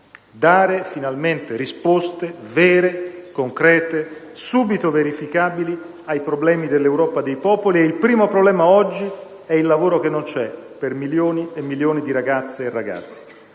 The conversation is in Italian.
dare finalmente risposte vere, concrete, subito verificabili, ai problemi dell'Europa dei popoli, e il primo problema, oggi, è il lavoro che non c'è per milioni e milioni di ragazze e ragazzi.